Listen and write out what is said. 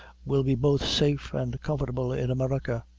we'll be both safe an' comfortable in america.